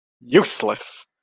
Useless